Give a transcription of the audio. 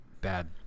bad